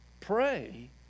pray